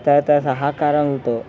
తహతహ సహకారంతో